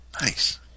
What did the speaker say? nice